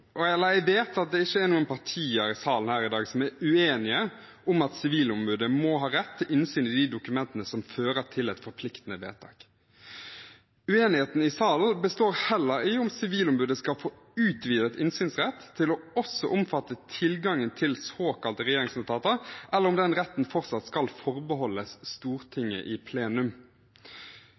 nå. Jeg vet at det ikke er noen partier i salen her i dag som er uenige om at Sivilombudet må ha rett til innsyn i de dokumentene som fører til et forpliktende vedtak. Uenigheten i salen består heller i om Sivilombudet skal få utvidet innsynsrett til også å omfatte tilgangen til såkalte regjeringsnotater, eller om den retten fortsatt skal forbeholdes Stortinget i plenum.